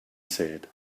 said